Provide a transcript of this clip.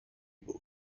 بود